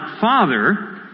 Father